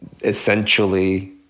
Essentially